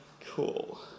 cool